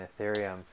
ethereum